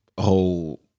whole